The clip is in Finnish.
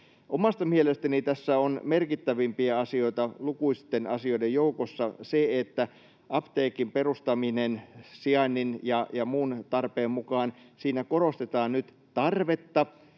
Omasta mielestäni tässä on merkittävimpiä asioita — lukuisten asioiden joukossa — se, että apteekin perustamisessa sijainnin ja muun tarpeen mukaan korostetaan nyt tarvetta.